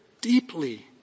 deeply